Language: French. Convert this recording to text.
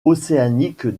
océanique